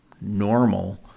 normal